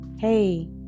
Hey